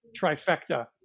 trifecta